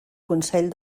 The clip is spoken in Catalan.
consell